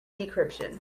decryption